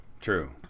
True